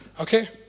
Okay